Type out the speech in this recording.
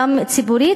גם ציבורית,